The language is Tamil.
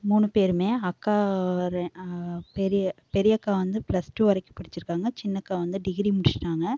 மூணு பேரும் அக்கா பெரிய பெரிய அக்கா வந்து ப்ளஸ்டூ வரைக்கும் படிச்சுருக்காங்க சின்னக்கா வந்து டிகிரி முடிச்சுருக்காங்க